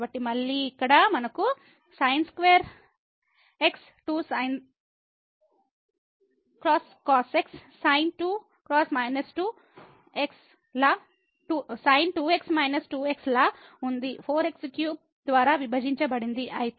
కాబట్టి మళ్ళీ ఇక్కడ మనకు sin2 x 2sin x cosx sin 2 x −2 x లా ఉంది 4 x3 ద్వారా విభజించబడింది